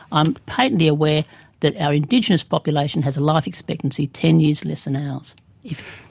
i'm patently aware that our indigenous population has a life expectancy ten years less than ours.